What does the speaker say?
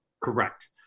Correct